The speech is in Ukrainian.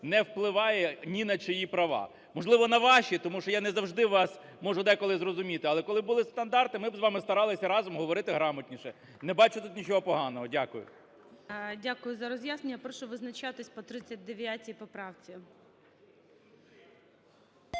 не впливає ні на чиї права. Можливо, на ваші? Тому що я не завжди вас можу деколи зрозуміти. Але коли були б стандарти, ми б з вами старалися разом говорити грамотніше, не бачу тут нічого поганого. Дякую. ГОЛОВУЮЧИЙ. Дякую за роз'яснення. Прошу визначатися по 39 поправці.